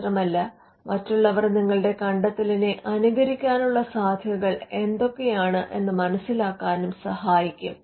മാത്രമല്ല മറ്റുള്ളവർ നിങ്ങളുടെ കണ്ടത്തെലിനെ അനുകരിക്കാനുള്ള സാധ്യതകൾ എന്തൊക്കെയാണ് എന്ന് മനസിലാക്കാനും സഹായിക്കും